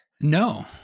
No